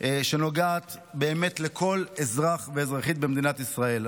שנוגעת באמת לכל אזרח ואזרחית במדינת ישראל.